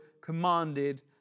commanded